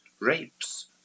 rapes